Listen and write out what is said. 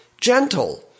gentle